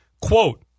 Quote